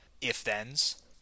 if-thens